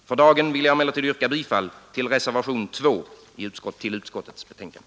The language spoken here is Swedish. För dagen vill jag emellertid yrka bifall till reservationen 2 vid utskottets betänkande.